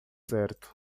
certo